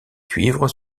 cuivres